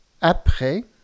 Après